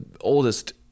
oldest